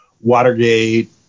Watergate